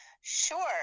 Sure